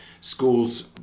schools